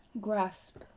grasp